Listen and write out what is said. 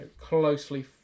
closely